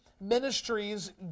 ministries